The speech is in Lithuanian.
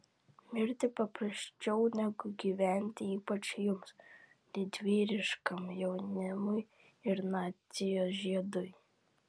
mirti paprasčiau negu gyventi ypač jums didvyriškam jaunimui ir nacijos žiedui